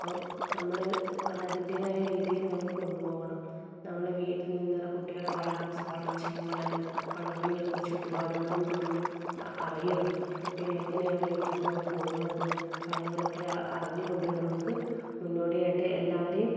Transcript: അപ്പം നമ്മള് അത് അതിൻ്റേതായ രീതിയിൽ നമ്മൾ കൊണ്ടുപോകണം നമ്മള് വീട്ടിൽ നിന്നുള്ള കുട്ടികളുടെ വളർ വളർച്ചയും വളർ വളർന്ന് വരുന്ന ചുറ്റുപാടുകളും നമ്മൾ അറിയണം കുട്ടികൾ എങ്ങനെയാണ് എവിടെ നിന്നാണ് പോകുന്നത് കാര്യങ്ങളൊക്കെ അറിഞ്ഞുകൊണ്ട് നമുക്ക് മുന്നോടിയായിട്ട് എല്ലാവരെയും